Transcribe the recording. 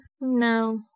No